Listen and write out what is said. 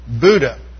Buddha